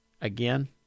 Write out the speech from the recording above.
Again